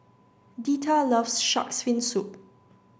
Deetta loves Shark's Fin Soup